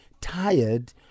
tired